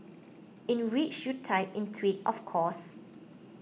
in which you typed in twit of course